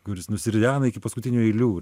kuris nusiridena iki paskutinių eilių